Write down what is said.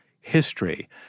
history